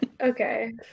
Okay